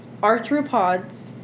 arthropods